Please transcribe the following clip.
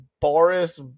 Boris